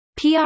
PR